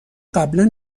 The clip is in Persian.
قبلا